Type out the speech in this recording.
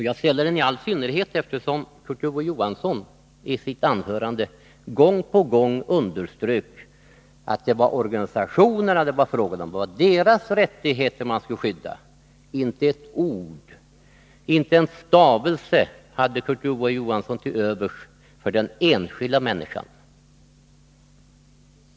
Jag ställer den i all synnerhet som Kurt Ove Johansson i sitt anförande gång på gång underströk att det var fråga om organisationerna och att man skulle skydda deras rättigheter. Inte ett ord, inte en stavelse hade Kurt Ove Johansson till övers för den enskilda människan.